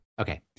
Okay